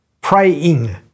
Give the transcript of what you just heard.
praying